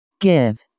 give